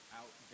out